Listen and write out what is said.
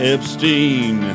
Epstein